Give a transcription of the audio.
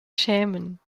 schämen